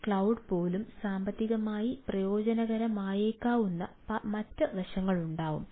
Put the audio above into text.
cloud പോലും സാമ്പത്തികമായി പ്രയോജനകരമായേക്കാവുന്ന മറ്റ് വശങ്ങളുണ്ടാകാം